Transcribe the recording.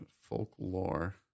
folklore